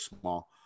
small